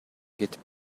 кетип